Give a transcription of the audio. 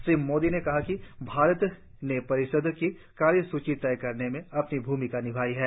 श्री मोदी ने कहा कि भारत ने परिषद् की कार्यसूची तय करने में अपनी भूमिका निभाई है